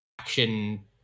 action